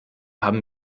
haben